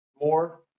more